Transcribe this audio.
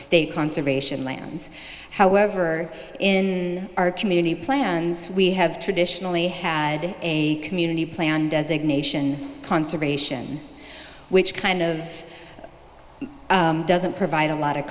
state conservation lands however in our community plans we have traditionally had a community plan designation conservation which kind of doesn't provide a lot of